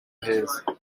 heza